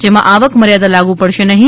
જેમાં આવક મર્યાદા લાગુ પડશે નહીં